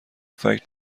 فکت